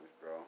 bro